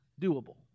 doable